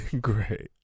Great